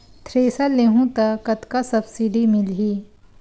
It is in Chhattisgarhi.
थ्रेसर लेहूं त कतका सब्सिडी मिलही?